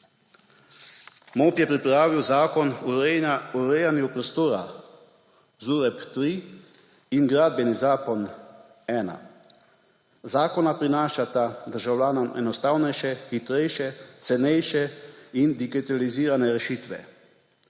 prostor pripravilo Zakon o urejanju prostora in Gradbeni zakon. Zakona prinašata državljanom enostavnejše, hitrejše, cenejše in digitalizirane rešitve.